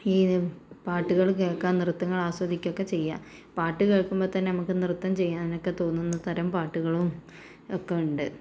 ഈ പാട്ടുകൾ കേൾക്കാം നൃത്തങ്ങളാസ്വദിക്കുകയൊക്കെ ചെയ്യാം പാട്ട്കേൾക്കുമ്പോൾ തന്നെ നമുക്ക് നൃത്തം ചെയ്യാനൊക്കെ തോന്നുന്നതരം പാട്ടുകളും ഒക്കെയുണ്ട്